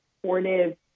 supportive